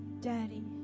Daddy